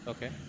Okay